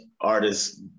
artists